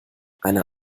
eine